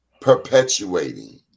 perpetuating